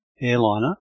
airliner